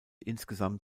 insgesamt